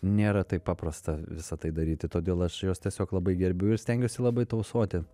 nėra taip paprasta visa tai daryti todėl aš juos tiesiog labai gerbiu ir stengiuosi labai tausoti